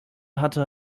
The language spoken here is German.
hatte